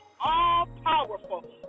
all-powerful